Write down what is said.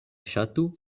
ŝatu